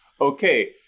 okay